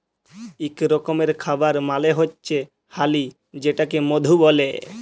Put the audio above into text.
ইক রকমের খাবার মালে হচ্যে হালি যেটাকে মধু ব্যলে